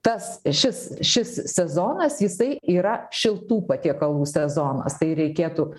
tas šis šis sezonas jisai yra šiltų patiekalų sezonas tai reikėtų